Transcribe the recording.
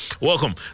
welcome